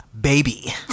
Baby